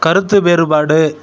கருத்து வேறுபாடு